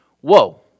whoa